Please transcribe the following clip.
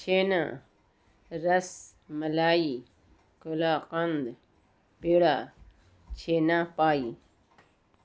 چھینا رس ملائی قلا قند پیڑا چھینا پائی